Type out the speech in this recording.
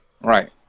Right